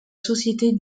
société